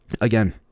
Again